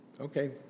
Okay